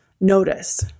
notice